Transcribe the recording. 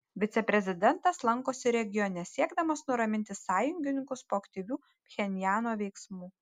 viceprezidentas lankosi regione siekdamas nuraminti sąjungininkus po aktyvių pchenjano veiksmų